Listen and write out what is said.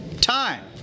Time